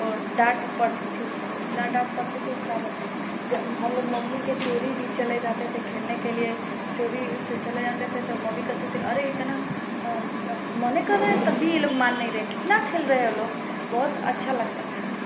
और डाँट पड़ती थी उसको इतनी डाँट पड़ती थी कि क्या बताएँ जब हमलोग मम्मी के चोरी भी चले जाते थे खेलने के लिए चोरी से चले जाते थे तो मम्मी कहती थीं अरे इतना मना कर रहे हैं तब भी ये लोग मान नहीं रहे कितना खेल रहे हैं ये लोग बहुत अच्छा लगता था